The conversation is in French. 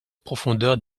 profondeur